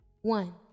one